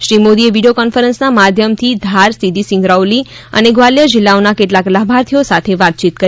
શ્રી મોદીએ વિડિયો કોન્ફરન્સના માધ્યમથી ધાર સીધી સિંગરૌલી અને ગ્વાલિયર જિલ્લાઓના કેટલાક લાભાર્થીઓ સાથે વાતચીત કરી